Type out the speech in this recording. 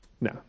No